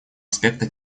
аспекта